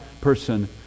person